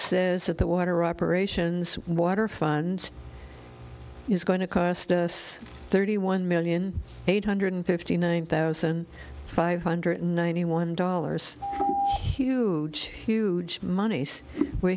says that the water operations water fund is going to cost us thirty one million eight hundred fifty nine thousand five hundred ninety one dollars huge huge monies we're